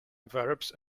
verbs